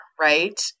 right